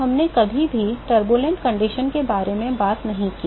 तो हमने कभी भी अशांत स्थिति के बारे में बात नहीं की